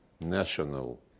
national